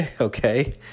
Okay